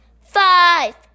five